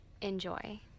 enjoy